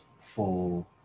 full